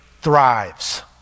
thrives